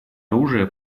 оружия